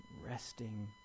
resting